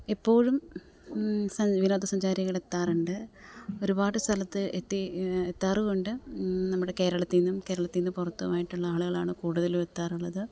എപ്പോഴും സഞ്ചാരി വിനോദസഞ്ചാരികൾ എത്താറുണ്ട് ഒരുപാട് സ്ഥലത്ത് എത്തി എത്താറുണ്ട് നമ്മുടെ കേരളത്തിൽ നിന്നും കേരളത്തിൽ നിന്ന് പുറത്തുമായിട്ടുള്ള ആളുകളാണ് കൂടുതലും എത്താറുള്ളത്